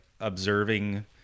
observing